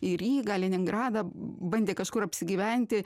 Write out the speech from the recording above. į rygą leningradą bandė kažkur apsigyventi